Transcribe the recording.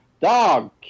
dog